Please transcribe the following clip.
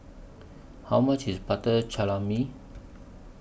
How much IS Butter Calamari